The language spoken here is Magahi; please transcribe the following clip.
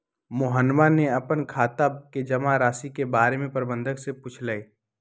मोहनवा ने अपन खाता के जमा राशि के बारें में प्रबंधक से पूछलय